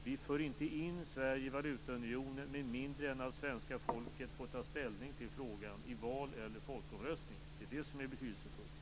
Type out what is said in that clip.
Vi för inte in Sverige i valutaunionen med mindre än att svenska folket får ta ställning till frågan i val eller folkomröstning. Det är det som är betydelsefullt.